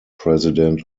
president